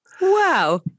Wow